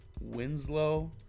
Winslow